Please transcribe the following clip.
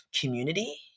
community